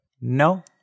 No